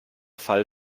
fall